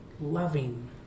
loving